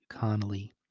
Connolly